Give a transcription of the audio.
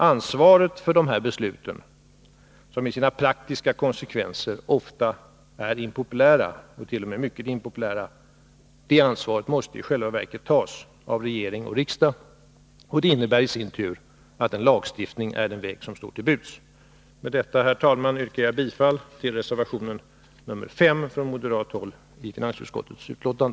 Ansvaret för dessa beslut, som i sina praktiska konsekvenser ofta är impopulära, t.o.m. mycket impopulära, måste i själva verket tas av regering och riksdag, vilket i sin tur innebär att en lagstiftning är den väg som står till buds. Med detta, herr talman, yrkar jag bifall till den moderata reservationen nr 5 vid finansutskottets betänkande.